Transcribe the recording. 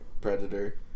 predator